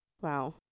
Wow